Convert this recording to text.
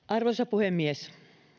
arvoisa puhemies